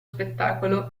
spettacolo